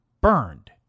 burned